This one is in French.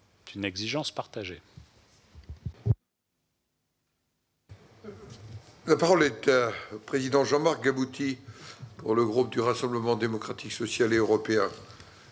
est une exigence partagée